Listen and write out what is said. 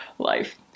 life